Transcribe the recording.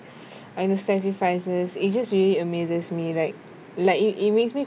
and the sacrifices it's just really amazes me right like it it makes me